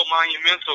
monumental